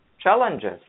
challenges